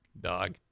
Dog